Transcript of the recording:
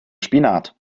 laminat